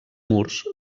murs